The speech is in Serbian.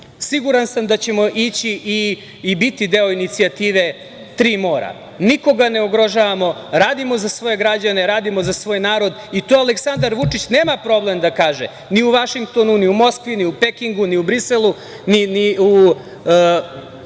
cilja. Siguran sam da ćemo ići i biti deo inicijative tri mora. Nikoga ne ugrožavamo, radimo za svoje građane, radimo za svoj narod i to Aleksandar Vučić nema problem da kaže, ni u Vašingtonu, ni u Moskvi, ni u Pekingu, ni u Briselu, ni u